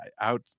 out